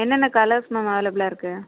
என்னென்ன colours ma'am அவைலபிளாக இருக்குது